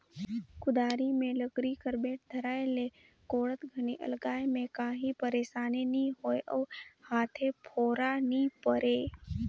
कुदारी मे लकरी कर बेठ धराए ले कोड़त घनी अलगाए मे काही पइरसानी नी होए अउ हाथे फोरा नी परे